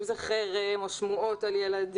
אם זה חרם או שמועות על ילדים,